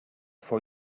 fou